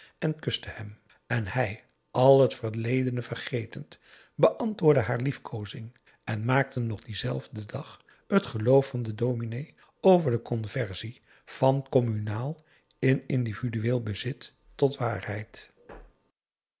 en kuste hem en hij al het verledene vergetend beantwoordde haar liefkoozing en maakte nog p a daum hoe hij raad van indië werd onder ps maurits dienzelfden dag het geloof van den dominé over de conversie van communaal in individueel bezit tot waarheid